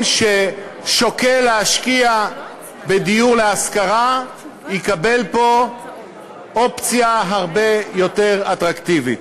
ששוקל להשקיע בדיור להשכרה יקבל פה אופציה הרבה יותר אטרקטיבית.